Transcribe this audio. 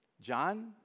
John